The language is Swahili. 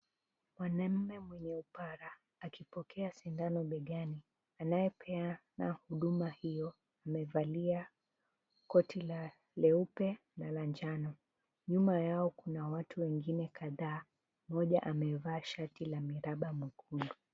Mwanaume mwenye upara akipokea sindano begani anayepeana huduma hiyo amevalia koti la leupe na la njano, nyuma yao kuna watu wengine kadhaa mmoja amevaa shati la miraba mwekundu.